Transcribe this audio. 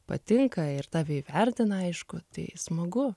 patinka ir tave įvertina aišku tai smagu